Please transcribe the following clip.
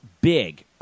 big